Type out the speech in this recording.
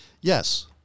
Yes